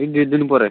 ଏଇ ଦୁଇଦିନ ପରେ